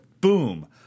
boom